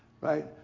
Right